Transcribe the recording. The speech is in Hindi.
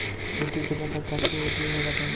मिट्टी कितने प्रकार की होती हैं बताओ?